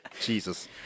Jesus